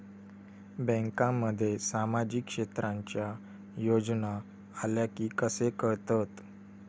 बँकांमध्ये सामाजिक क्षेत्रांच्या योजना आल्या की कसे कळतत?